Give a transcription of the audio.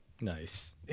Nice